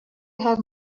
have